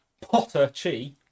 Potter-Chi